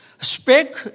spake